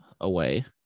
away